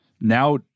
now